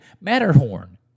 Matterhorn